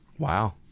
Wow